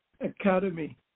academy